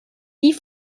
die